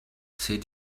said